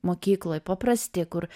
mokykloj paprasti kur